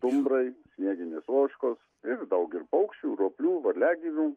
stumbrai snieginės ožkos ir daug ir paukščių roplių varliagyvių